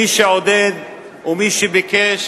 מי עודד ומי ביקש,